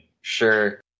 Sure